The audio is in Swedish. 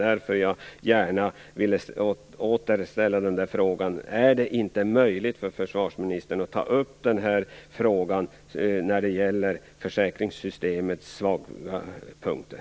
Därför vill jag åter ställa frågan: Är det inte möjligt för försvarsministern att ta upp frågan om försäkringssystemets svaga punkter?